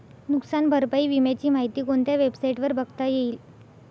नुकसान भरपाई विम्याची माहिती कोणत्या वेबसाईटवर बघता येईल?